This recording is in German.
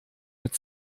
mit